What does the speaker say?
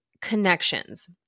connections